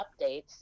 updates